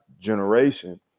generation